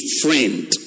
friend